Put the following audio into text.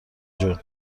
جون